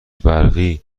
برقی